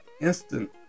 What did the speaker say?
instant